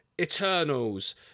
Eternals